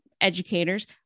educators